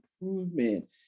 improvement